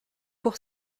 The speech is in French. pour